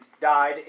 died